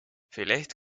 vielleicht